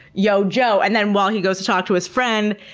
yo joe. and then while he goes to talk to his friend,